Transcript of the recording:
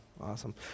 awesome